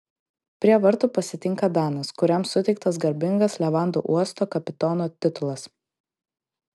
prie vartų pasitinka danas kuriam suteiktas garbingas levandų uosto kapitono titulas